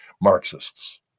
Marxists